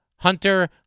Hunter